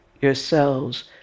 yourselves